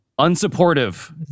unsupportive